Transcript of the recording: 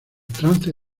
trance